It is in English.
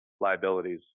liabilities